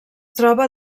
troba